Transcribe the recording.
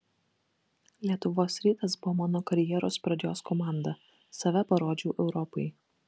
lietuvos rytas buvo mano karjeros pradžios komanda save parodžiau europai